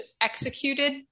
executed